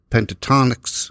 Pentatonics